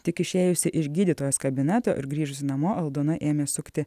tik išėjusi iš gydytojos kabineto ir grįžusi namo aldona ėmė sukti